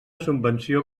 subvenció